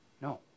No